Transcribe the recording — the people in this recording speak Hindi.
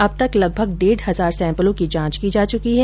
अब तक लगभग डेढ हजार सैंपलों की जांच की जा चुकी है